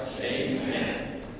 Amen